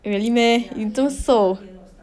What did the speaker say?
really meh you 这么瘦